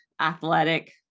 athletic